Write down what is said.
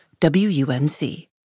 WUNC